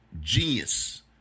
genius